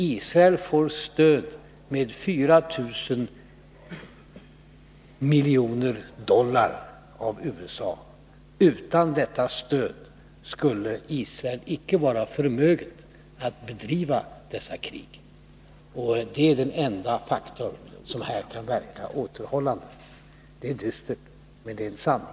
Israel får stöd med 4 000 miljoner dollar av USA, och utan detta stöd skulle Israel icke vara förmöget att bedriva sina krig. Det är den enda faktor som här kan verka återhållande. Det är dystert, men det är sant.